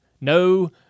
No